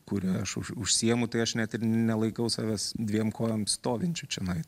kuria aš už užsiimu tai aš net ir nelaikau savęs dviem kojom stovinčiu čionai